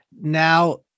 Now